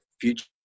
future